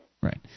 Right